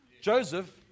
Joseph